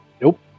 Nope